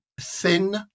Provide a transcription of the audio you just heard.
thin